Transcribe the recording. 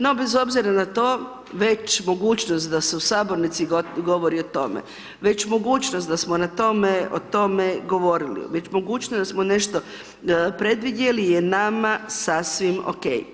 No, bez obzira na to, već mogućnost da se u Sabornici govori o tome, već mogućnost da smo na tome, o tome govorili, već mogućnost da smo nešto predvidjeli je nama sasvim okej.